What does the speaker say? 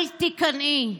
/ אל תיכנעי,